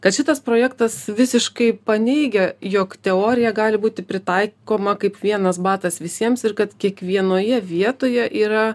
kad šitas projektas visiškai paneigia jog teorija gali būti pritaikoma kaip vienas batas visiems ir kad kiekvienoje vietoje yra